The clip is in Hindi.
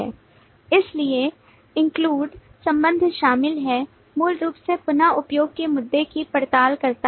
इसलिए include संबंध शामिल हैं मूल रूप से पुन उपयोग के मुद्दे की पड़ताल करता है